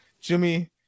Jimmy